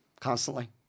Constantly